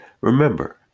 Remember